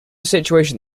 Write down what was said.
situation